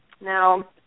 Now